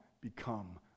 become